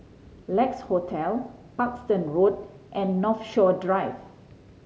Lex Hotel Parkstone Road and Northshore Drive